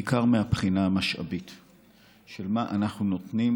בעיקר מהבחינה המשאבית של מה שאנחנו נותנים,